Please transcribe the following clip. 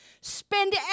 Spend